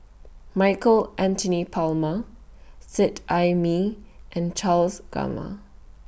Michael Anthony Palmer Seet Ai Mee and Charles Gamma